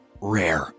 rare